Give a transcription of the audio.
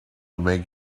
make